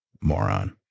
Moron